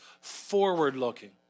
forward-looking